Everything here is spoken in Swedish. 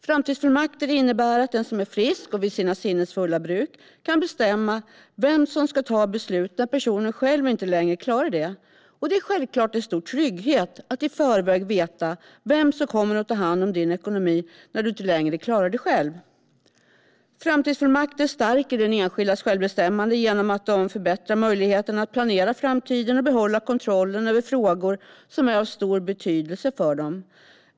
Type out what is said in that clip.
Framtidsfullmakten innebär att den som är frisk och vid sina sinnens fulla bruk kan bestämma vem som ska fatta beslut när personen själv inte längre klarar det. Det är självklart en stor trygghet att i förväg veta vem som kommer att ta hand om din ekonomi när du inte längre klarar det själv. Framtidsfullmakter stärker enskildas självbestämmande genom att de förbättrar möjligheterna att planera framtiden och behålla kontrollen över frågor som är av stor betydelse för dem.